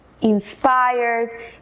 inspired